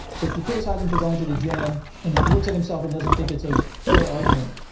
so if you criticize him for going to the gym and he looks at himself and doesn't think it's a fair argument,